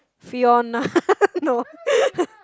Fiona no